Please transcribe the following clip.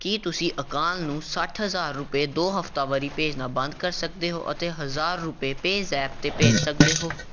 ਕੀ ਤੁਸੀਂ ਅਕਾਲ ਨੂੰ ਸੱਠ ਹਜ਼ਾਰ ਰੁਪਏ ਦੋ ਹਫ਼ਤਾਵਾਰੀ ਭੇਜਣਾ ਬੰਦ ਕਰ ਸਕਦੇ ਹੋ ਅਤੇ ਹਜ਼ਾਰ ਰੁਪਏ ਪੇਅਜ਼ੈਪ 'ਤੇ ਭੇਜ ਸਕਦੇ ਹੋ